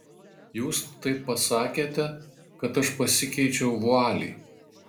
jūs taip pasakėte kad aš pasikeičiau vualį